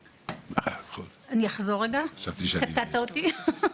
תוכל אצלנו לקבל את זה בתוך יומיים.